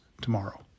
tomorrow